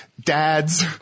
dad's